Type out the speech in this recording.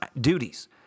duties